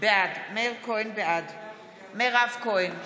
בעד מירב כהן,